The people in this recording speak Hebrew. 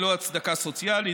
ללא הצדקה סוציאלית,